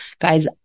guys